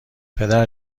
پدر